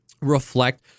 reflect